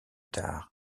tard